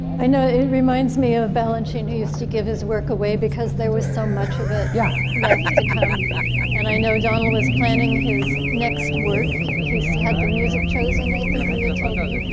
i know it reminds me of of balanchine who used to give his work away because there was so much of it. yeah. left to come and i know donald was planning his next work. he's had the music chosen, i think lea told me.